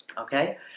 okay